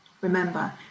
Remember